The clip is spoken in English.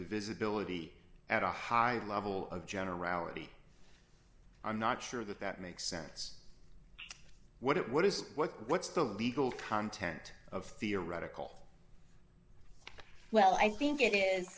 divisibility at a high level of generality i'm not sure that that makes sense what it what is what what's the legal content of theoretical well i think it